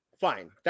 fine